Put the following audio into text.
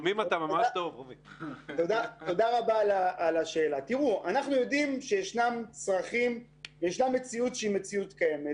אנחנו יודעים שיש מציאות קיימת,